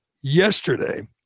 yesterday